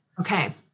Okay